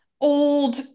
old